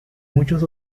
muchos